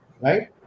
right